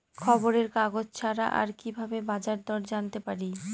খবরের কাগজ ছাড়া আর কি ভাবে বাজার দর জানতে পারি?